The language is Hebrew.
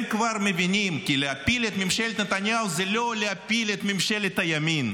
הם כבר מבינים שלהפיל את ממשלת נתניהו זה לא להפיל את ממשלת הימין,